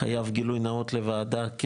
(יועמ"ש הכנסת) חייב גילוי נאות לוועדה,